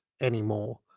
anymore